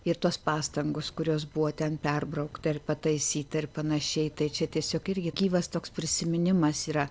ir tos pastangos kurios buvo ten perbraukta ir pataisyta ir panašiai tai čia tiesiog irgi gyvas toks prisiminimas yra